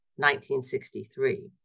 1963